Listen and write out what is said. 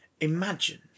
Imagine